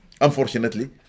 unfortunately